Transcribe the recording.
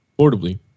portably